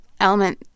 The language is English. element